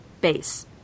base